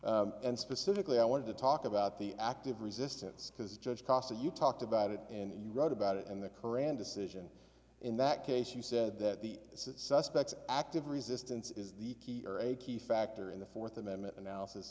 and specifically i want to talk about the active resistance because judge costa you talked about it and you wrote about it in the qur'an decision in that case you said that the suspect active resistance is the key or a key factor in the fourth amendment analysis